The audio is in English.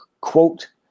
Quote